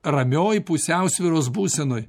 ramioj pusiausvyros būsenoj